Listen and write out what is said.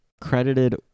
credited